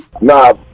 Nah